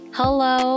hello